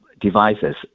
devices